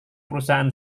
perusahaan